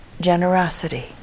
generosity